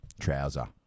trouser